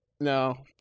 no